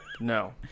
No